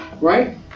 right